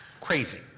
crazy